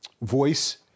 voice